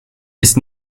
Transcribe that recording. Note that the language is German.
ist